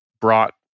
brought